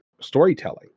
storytelling